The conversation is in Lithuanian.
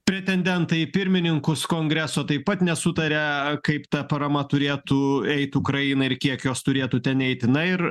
pretendentai į pirmininkus kongreso taip pat nesutaria kaip ta parama turėtų eit ukrainai ir kiek jos turėtų ten eit na ir